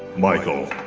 michael